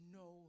no